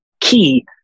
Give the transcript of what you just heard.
key